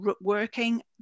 working